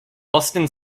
boston